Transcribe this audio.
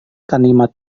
kalimat